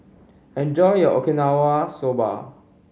enjoy your Okinawa Soba